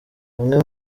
bamwe